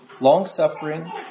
long-suffering